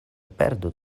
perdu